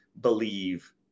believe